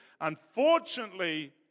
Unfortunately